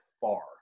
far